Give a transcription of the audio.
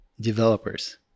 developers